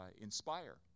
inspire